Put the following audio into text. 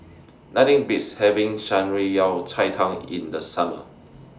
Nothing Beats having Shan Rui Yao Cai Tang in The Summer